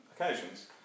occasions